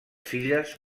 filles